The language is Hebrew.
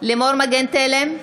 לימור מגן תלם,